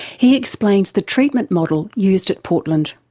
he explains the treatment model used at portland.